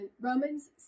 Romans